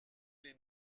les